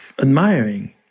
admiring